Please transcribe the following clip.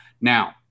Now